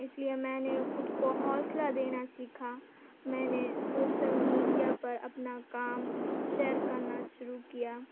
اس لیے میں نے خود کو حوصلہ دینا سیکھا میں نے سوشل میڈیا پر اپنا کام شیئر کرنا شروع کیا